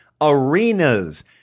arenas